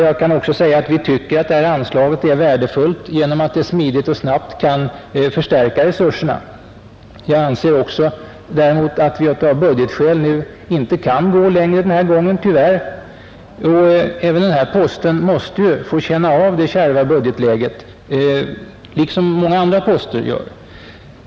Vi tycker också att anslaget är värdefullt genom att det smidigt och snabbt kan förstärka resurserna. Jag anser däremot att vi av budgetskäl inte kan gå längre den här gången, tyvärr. Denna post måste ju, liksom många andra poster, få känna av det kärva budgetläget.